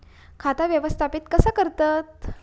खाता व्यवस्थापित कसा करतत?